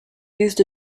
used